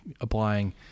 applying